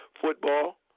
Football